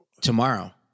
tomorrow